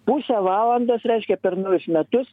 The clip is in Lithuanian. pusę valandos reiškia per naujus metus